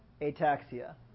Ataxia